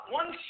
one